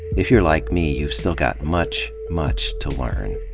if you're like me, you've still got much, much to learn.